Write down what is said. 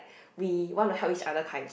we want to help each other kind